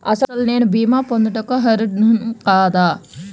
అసలు నేను భీమా పొందుటకు అర్హుడన కాదా?